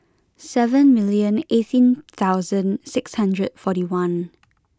seven million eighteen thousand six hundred and forty one